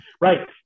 Right